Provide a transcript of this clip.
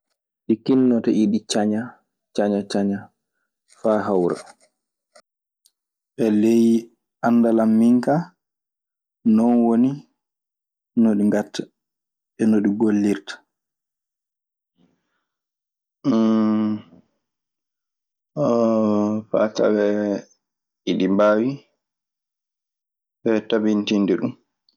Ɗi kinnoto e ɗi caña, caña caña faa hawra. E ley anndal an min kaa non woni no ɗi ngaɗta e no ɗi gollirta. Faa tawee iɗi mbaawi tabintinnde ɗun.